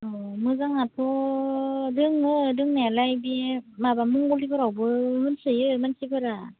अ मोजाङाथ' दोङो दोंनायालाय बि माबा मंगलदैफोरावबो होनसोयो मानसिफोरा